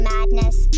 Madness